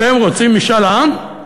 אתם רוצים משאל עם?